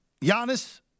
Giannis